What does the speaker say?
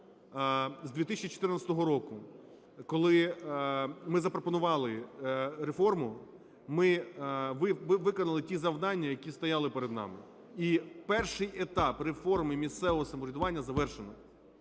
з 2014 року, коли ми запропонували реформу, ми виконали ті завдання, які стояли перед нами. І перший етап реформи місцевого самоврядування завершено.